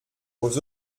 aux